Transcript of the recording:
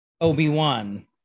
obi-wan